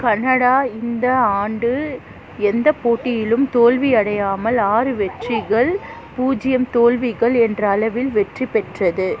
Canada இந்த ஆண்டு எந்தப் போட்டியிலும் தோல்வி அடையாமல் ஆறு வெற்றிகள் பூஜ்ஜியம் தோல்விகள் என்ற அளவில் வெற்றி பெற்றது